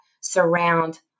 surround